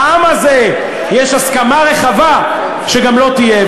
בעם הזה יש הסכמה רחבה שגם לא תהיה,